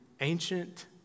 ancient